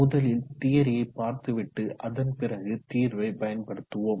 முதலில் தியரியை பார்த்துவிட்டு அதன்பிறகு தீர்வை பயன்படுத்துவோம்